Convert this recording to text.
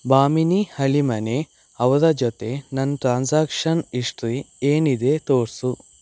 ಭಾಮಿನಿ ಹಳೀಮನೆ ಅವರ ಜೊತೆ ನನ್ನ ಟ್ರಾನ್ಸಾಕ್ಷನ್ ಹಿಸ್ಟ್ರಿ ಏನಿದೆ ತೋರಿಸು